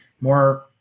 more